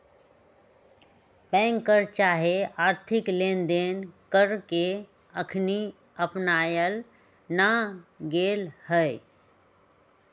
bank कर चाहे आर्थिक लेनदेन कर के अखनी अपनायल न गेल हइ